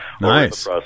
Nice